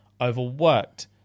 overworked